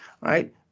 Right